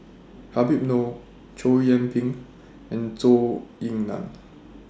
Habib Noh Chow Yian Ping and Zhou Ying NAN